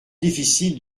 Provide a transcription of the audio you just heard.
difficile